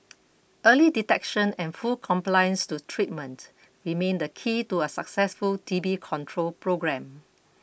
early detection and full compliance to treatment remain the key to a successful T B control programme